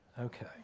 Okay